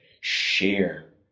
share